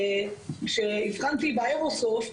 כשהבחנתי באיירסופט,